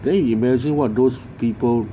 then you imagine what those people